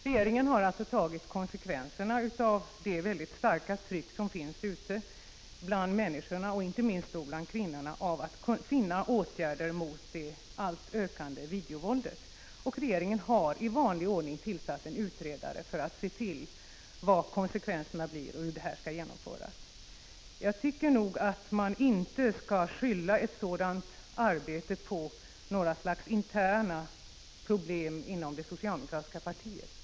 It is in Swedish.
Regeringen har tagit konsekvenserna av det mycket starka tryck som finns ute bland människorna, och inte minst bland kvinnorna, när det gäller att finna åtgärder mot det ökande videovåldet. Regeringen har i vanlig ordning tillsatt en utredare för att ta reda på vad konsekvenserna blir och hur detta arbete skall genomföras. Jag tycker nog att man inte härvidlag skall skylla på några slags interna problem inom det socialdemokratiska partiet.